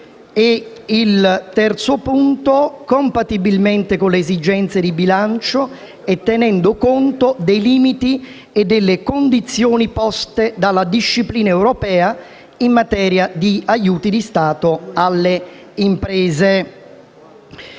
intervenire, compatibilmente con le esigenze di bilancio e tenendo conto dei limiti e delle condizioni poste dalla disciplina europea in materia di aiuti di Stato alle imprese,